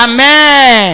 Amen